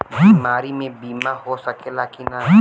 बीमारी मे बीमा हो सकेला कि ना?